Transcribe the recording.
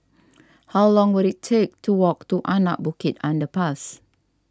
how long will it take to walk to Anak Bukit Underpass